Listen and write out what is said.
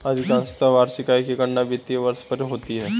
अधिकांशत वार्षिक आय की गणना वित्तीय वर्ष पर होती है